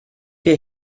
wir